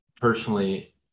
personally